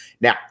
now